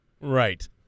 Right